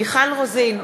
מיכל רוזין,